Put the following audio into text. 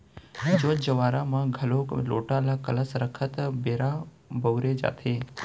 जोत जँवारा म घलोक लोटा ल कलस रखत बेरा बउरे जाथे